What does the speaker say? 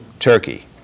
Turkey